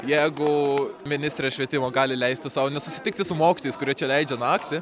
jeigu ministrė švietimo gali leisti sau nesusitikti su mokytojais kurie čia leidžia naktį